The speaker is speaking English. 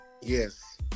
Yes